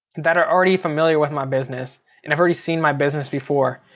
that are already familiar with my business and have already seen my business before.